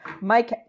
Mike